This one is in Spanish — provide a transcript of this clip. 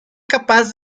capaz